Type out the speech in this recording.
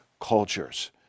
cultures